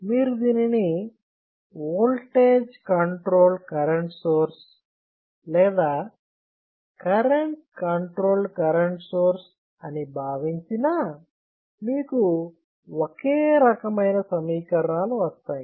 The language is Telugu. మీరు దీనిని ఓల్టేజ్ కంట్రోల్డ్ కరెంట్ సోర్స్ లేదా కరెంట్ కంట్రోల్ కరెంట్ సోర్స్ అని భావించినా మీకు ఒకే రకమైన సమీకరణాలు వస్తాయి